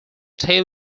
tail